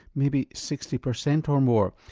maybe sixty percent or more,